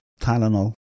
Tylenol